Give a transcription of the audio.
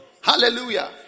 Hallelujah